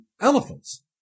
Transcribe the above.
elephants